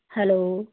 hello